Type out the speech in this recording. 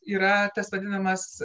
yra tas vadinamas